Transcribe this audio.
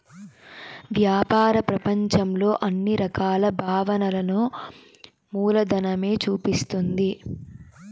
వ్యాపార ప్రపంచంలో అన్ని రకాల భావనలను మూలధనమే చూపిస్తుంది